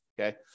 okay